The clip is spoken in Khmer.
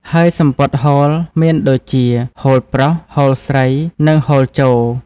ហើយសំពត់ហូលមានដូចជា ហូលប្រុស, ហូលស្រី និងហូលជរ។